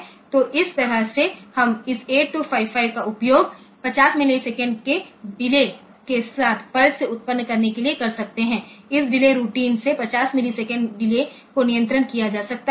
तो इस तरह से हम इस 8255 का उपयोग 50 मिलीसेकंड डिले के साथ पल्स उत्पन्न करने के लिए कर सकते हैं इस डिले रूटीन से 50 मिलीसेकंड डिले को नियंत्रित किया जा सकता है